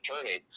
attorney